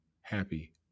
happy